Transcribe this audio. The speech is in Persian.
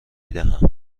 دهم